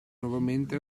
nuovamente